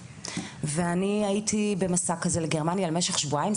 ואני הייתי במסע כזה לגרמניה למשך שבועיים.